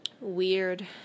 weird